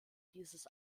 dieses